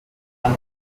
den